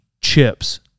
chips